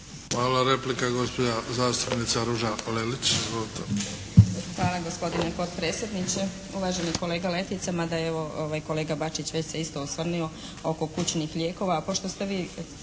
Hvala. Replika gospođa zastupnica Ruža Lelić. **Lelić, Ruža (HDZ)** Hvala gospodine potpredsjedniče. Uvaženi kolega Letica mada je kolega Bačić već se osvrnuo oko kućnih lijekova, pošto ste vi